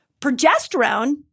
Progesterone